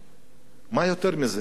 מה יותר מזה?